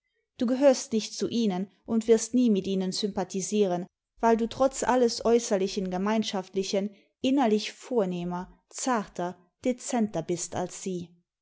du gehörst nicht zu ihnen und wirst nie mit ihnen sympathisieren weil du trotz alles äußerlichen gemeinschaftlichen innerlich vornehmer zarter dezenter bist als sie